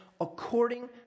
according